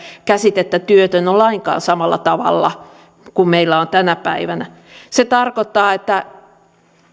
käsitettä työtön on lainkaan samalla tavalla kuin meillä on tänä päivänä se tarkoittaa että